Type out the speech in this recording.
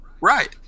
Right